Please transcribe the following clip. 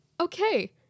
okay